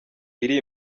iri